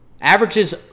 averages